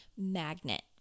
magnet